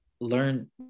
learn